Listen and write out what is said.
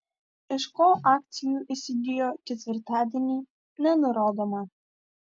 iš ko akcijų įsigijo ketvirtadienį nenurodoma